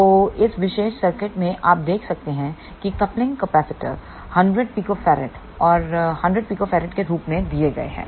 तो इस विशेष सर्किट में आप देख सकते हैं कि कपलिंग कैपेसिटर 100 pF और 100 pF के रूप में दिए गए हैं